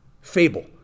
fable